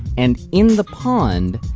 and in the pond,